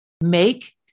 make